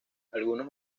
algunos